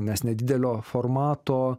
nes nedidelio formato